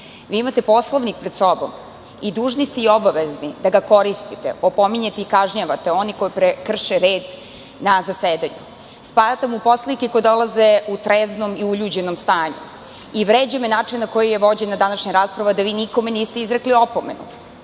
imate Poslovnik pred sobom i dužni ste i obavezni da ga koristite, opominjete i kažnjavate one koji krše red na zasedanju, spajate u poslanike koji dolaze u treznom i uljuđenom stanju i vređa me način na koji je vođena današnja rasprava, a da vi nikome niste izrekli opomenu.